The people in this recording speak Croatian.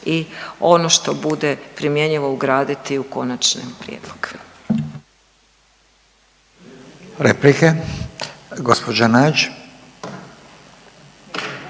i ono što bude primjenjivo ugraditi u konačan prijedlog.